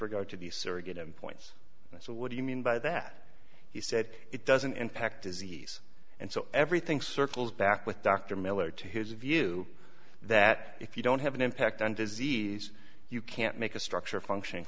regard to the surrogate end points so what do you mean by that he said it doesn't impact is he's and so everything circles back with dr miller to his view that if you don't have an impact on disease you can't make a structure function